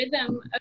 rhythm